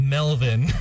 Melvin